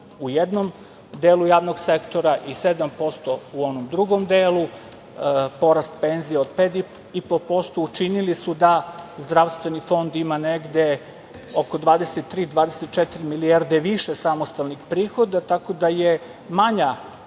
u jednom delu javnog sektora i 7% u onom drugom delu, porast penzija od 5,5% učinili su da Zdravstveni fond ima negde oko 23, 24 milijarde više samostalnih prihoda, tako da je manja